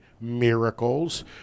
miracles